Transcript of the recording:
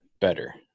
better